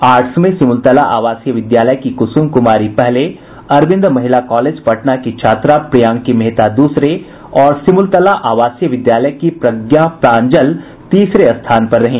arts में सिमुलतला आवासीय विद्यालय की कुसुम कुमारी पहले अरविंद महिला कॉलेज पटना की छात्रा प्रियांकी मेहता दूसरे और सिमुलतला आवासीय विद्यालय की प्रज्ञा प्रांजल तीसरे स्थान पर रहीं